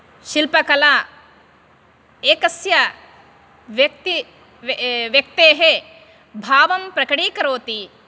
शिल्पकला एकस्य व्यक्ति व्यक्तेः भावं प्रकटीकरोति